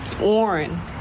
Warren